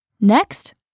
Next